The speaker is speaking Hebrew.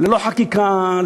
ללא חקיקה,